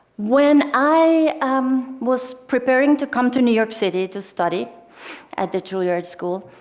when i um was preparing to come to new york city to study at the juilliard school,